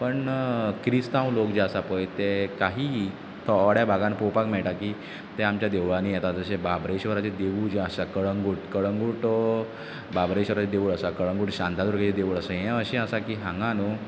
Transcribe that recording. पण क्रिस्तांव लोक जे आसा पय ते काही थोड्या भागान पोवपाक मेयटा की तें आमच्या देवळांनी येतात जशें बाबरेश्वराचें देवूळ जें आसा कळंगूट कळंगूट हो बाब्रेश्वराचें देवूळ आसा कळंगूट शांतादुर्गेचें देवूळ आसा हें असें आसा की हांगा न्हू